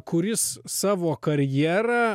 kuris savo karjerą